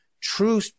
true